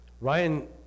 Ryan